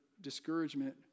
discouragement